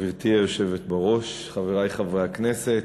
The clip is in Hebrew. גברתי היושבת בראש, חברי חברי הכנסת.